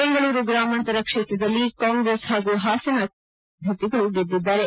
ಬೆಂಗಳೂರು ಗ್ರಾಮಾಂತರ ಕ್ಷೇತ್ರದಲ್ಲಿ ಕಾಂಗ್ರೆಸ್ ಹಾಗೂ ಹಾಸನ ಕ್ಷೇತ್ರದಲ್ಲಿ ಜೆಡಿಎಸ್ ಅಭ್ವರ್ಧಿಗಳು ಗೆದ್ದಿದ್ದಾರೆ